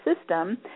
system